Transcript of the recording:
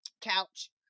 couch